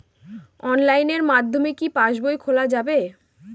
অনলাইনের মাধ্যমে কি পাসবই খোলা যাবে?